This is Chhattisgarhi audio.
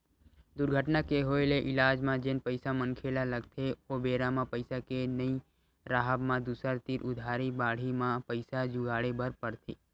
दुरघटना के होय ले इलाज म जेन पइसा मनखे ल लगथे ओ बेरा म पइसा के नइ राहब म दूसर तीर उधारी बाड़ही म पइसा जुगाड़े बर परथे